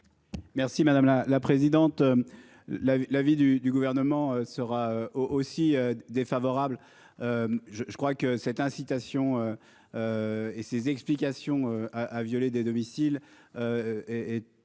Merci madame la présidente. La la vie du du gouvernement sera aussi défavorable. Je je crois que cette incitation. Et ses explications à violé des domiciles.